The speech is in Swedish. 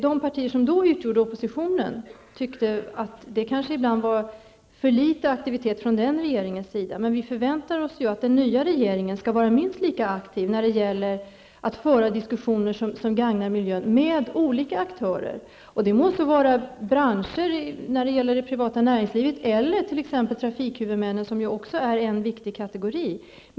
De partier som då utgjorde oppositionen tyckte att det ibland förekom för litet aktiviteter från den regeringens sida, men vi väntar oss att den nya regeringen skall vara minst lika aktiv när det gäller att föra diskussioner som gagnar miljön med olika aktörer -- det må vara branscher eller t.ex. trafikhuvudmännen, som ju också är en viktig kategori.